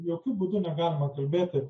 jokiu būdu negalima kalbėti